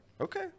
Okay